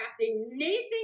Nathan